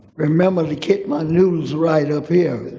remember to keep my news right up here